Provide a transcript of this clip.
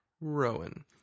Rowan